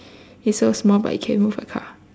it's so small but it can move a car